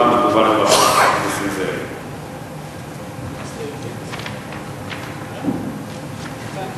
בתגובה על דבריו של חבר הכנסת נסים זאב.